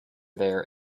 there